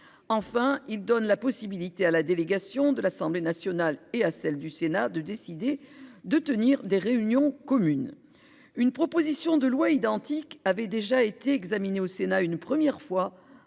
Enfin, il donne la possibilité à la délégation de l'Assemblée nationale et à celle du Sénat de décider de tenir des réunions communes une proposition de loi identique avait déjà été examiné au Sénat une première fois